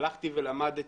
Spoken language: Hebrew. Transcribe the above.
הלכתי ולמדתי.